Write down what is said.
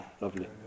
Lovely